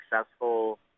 successful